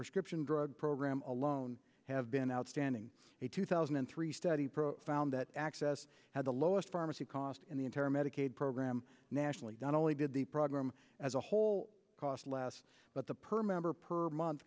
prescription drug program alone have been outstanding a two thousand and three study found that access had the lowest pharmacy cost in the entire medicaid program nationally not only did the program as a whole cost less but the per member per month